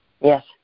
Yes